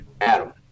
adam